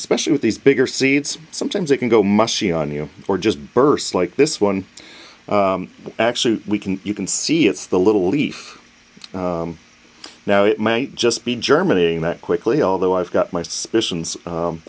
was specially with these bigger seeds sometimes it can go mushy on you or just bursts like this one actually we can you can see it's the little leaf now it might just be germany in that quickly although i've got my suspicions